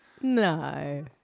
No